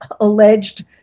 alleged